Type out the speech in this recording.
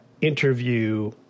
interview